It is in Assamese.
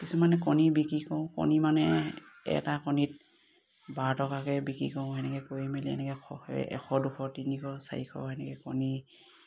কিছুমানে কণী বিক্ৰী কৰোঁ কণী মানে এটা কণীত বাৰ টকাকে বিক্ৰী কৰোঁ সেনেকে কৰি মেলি এনেকে এশ দুশ তিনিশ চাৰিশ সেনেকে কণী